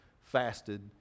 fasted